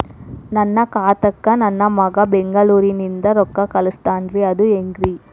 ನನ್ನ ಖಾತಾಕ್ಕ ನನ್ನ ಮಗಾ ಬೆಂಗಳೂರನಿಂದ ರೊಕ್ಕ ಕಳಸ್ತಾನ್ರಿ ಅದ ಹೆಂಗ್ರಿ?